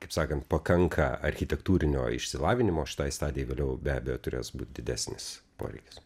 kaip sakant pakanka architektūrinio išsilavinimo šitai stadijai vėliau be abejo turės būt didesnis poreikis